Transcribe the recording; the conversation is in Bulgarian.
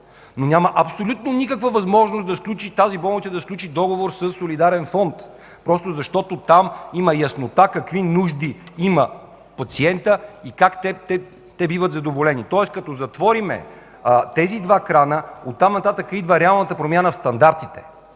но няма абсолютно никаква възможност тази болница да сключи договор със солидарен фонд”, просто защото там има яснота какви нужди има пациентът и как те биват задоволени. Тоест като затворим тези два крана, оттам нататък идва реалната промяна в стандартите,